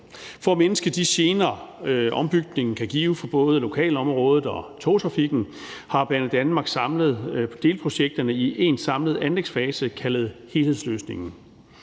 For at mindske de gener, ombygningen kan give for både lokalområdet og togtrafikken, har Banedanmark samlet delprojekterne i én samlet anlægsfase kaldet helhedsløsningen.